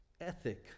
ethic